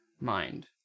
mind